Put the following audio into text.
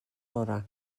orau